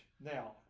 now